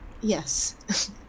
Yes